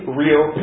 real